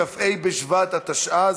כ"ה בשבט התשע"ז,